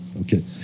Okay